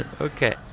Okay